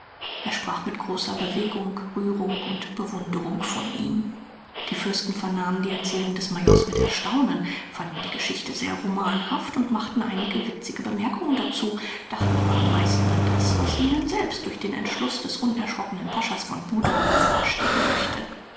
er sprach mit großer bewegung rührung und bewunderung von ihm die fürsten vernahmen die erzählung des majors mit erstaunen fanden die geschichte sehr romanhaft machten einige witzige bemerkungen dazu dachten aber am meisten an das was ihnen selbst durch den entschluß des unerschrockenen paschas von buda bevorstehen möchte